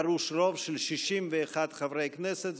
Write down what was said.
דרוש רוב של 61 חברי הכנסת.